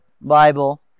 Bible